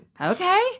Okay